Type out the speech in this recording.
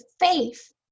faith